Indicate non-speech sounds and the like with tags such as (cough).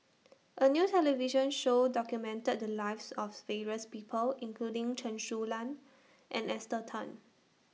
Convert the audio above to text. A New television Show documented The Lives of (hesitation) various People including Chen Su Lan and Esther Tan